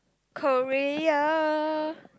Korea